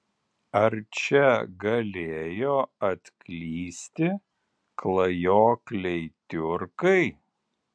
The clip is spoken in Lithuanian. ar čia galėjo atklysti klajokliai tiurkai